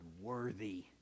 worthy